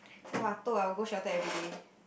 [wah] toh i will go shelter everyday